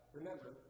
remember